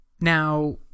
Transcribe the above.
Now